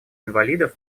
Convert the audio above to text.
инвалидов